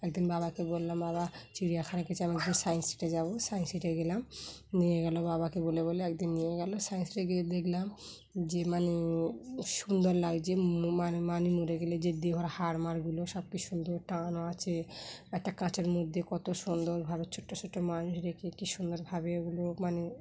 একদিন বাবাকে বললাম বাবা চিড়িয়াখানা গেছ আমারদিন সায়েন্স সিটি যাব সায়েন্স সিটি গেলাম নিয়ে গেলো বাবাকে বলে বলে একদিন নিয়ে গেলো সায়েন্স সিটি গিয়ে দেখলাম যে মানে সুন্দর লাগে যে মানে মানে মরে গেলে যে দীঘার হারমার গুলো সব কিছু সুন্দর টানা আছে একটা কাঁচের মধ্যে কত সুন্দরভাবে ছোট্টো ছোটো মানুষ রেখে কী সুন্দরভাবে এগুলো মানে